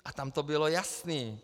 A tam to bylo jasné.